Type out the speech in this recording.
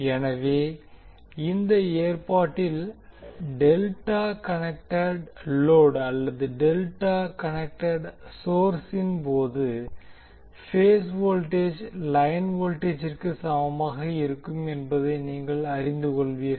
எனவே இந்த ஏற்பாட்டில் டெல்டா கனெக்டெட் லோடு அல்லது டெல்டா கனெக்டெட் சோர்ஸின் போது பேஸ் வோல்டேஜ் லைன் வோல்டேஜிற்கு சமமாக இருக்கும் என்பதை நீங்கள் அறிந்து கொள்வீர்கள்